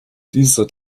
dieser